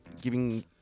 giving